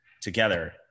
together